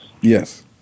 Yes